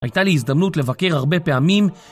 הייתה לי הזדמנות לבקר הרבה פעמים